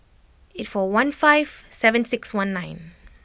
eight four one five seven six one nine